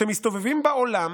מסתובבים בעולם